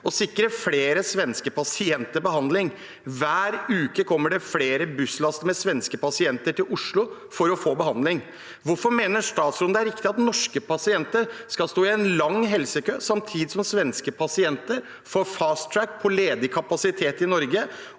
og sikre flere svenske pasienter behandling. Hver uke kommer det flere busslaster med svenske pasienter til Oslo for å få behandling. Hvorfor mener statsråden det er riktig at norske pasienter skal stå i en lang helsekø samtidig som svenske pasienter får «fast track» til ledig kapasitet i Norge?